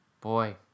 Boy